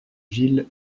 gilles